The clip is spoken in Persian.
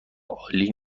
عالی